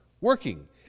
working